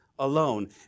Alone